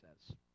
says